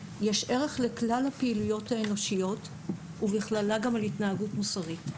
יש ערך לכלל הפעילויות האנושיות ובכללה גם על התנהגות מוסרית.